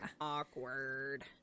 Awkward